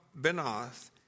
Benoth